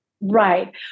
Right